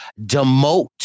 demote